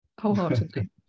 wholeheartedly